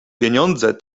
pieniądze